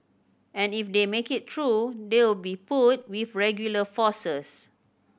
and if they make it through they'll be put with regular forces